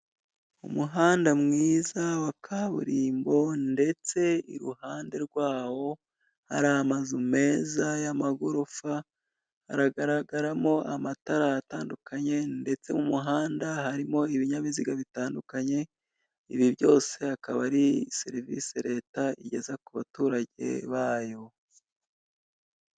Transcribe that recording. Umuhanda mwiza wa kaburimbo ndetse iruhande rwawo, hari amazu meza y'amagorofa, aragaragaramo amatara atandukanye, ndetse mu muhanda harimo ibinyabiziga bitandukanye, ibi byose akaba ari serivisi leta igeza ku baturage bayo.